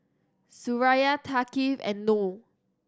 Suraya Thaqif and Noh